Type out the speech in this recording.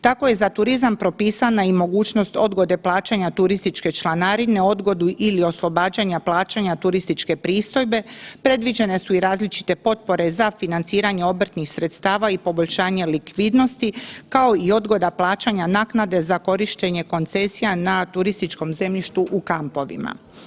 Tako je za turizam propisana i mogućnost odgode plaćanja turističke članarine, odgodu ili oslobađanja plaćanja turističke pristojbe, predviđene su i različite potpore za financiranje obrtnih sredstava i poboljšanje likvidnosti kao i odgoda plaćanja naknade za korištenje koncesija na turističkom zemljištu u kampovima.